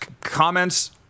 comments